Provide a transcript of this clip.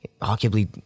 arguably